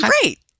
Great